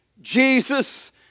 Jesus